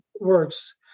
works